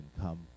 come